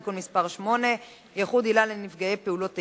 (תיקון מס' 8) (ייחוד עילה לנפגעי פעולות איבה),